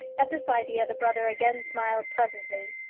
at this idea, the brother again smiled pleasantly.